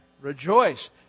rejoice